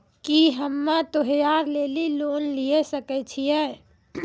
की हम्मय त्योहार लेली लोन लिये सकय छियै?